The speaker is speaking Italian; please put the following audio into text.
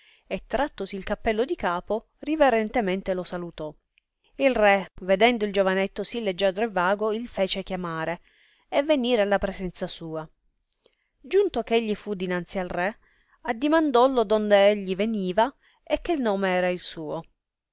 e trattosi il cappello di capo riverentemente lo salutò il re vedendo il giovanetto sì leggiadro e vago il fece chiamare e venire alla presenza sua giunto che egli fu dinanzi al re addimandollo donde egli veniva e che nome era il suo